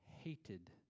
hated